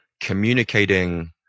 communicating